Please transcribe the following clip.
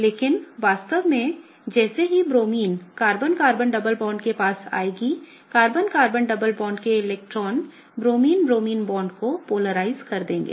लेकिन वास्तव में जैसे ही bromine carbon carbon double bond के पास आएगी कार्बन कार्बन डबल बॉन्ड के इलेक्ट्रॉन ब्रोमिन ब्रोमिन बांड को पोलराइज कर देंगे